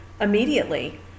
immediately